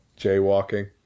jaywalking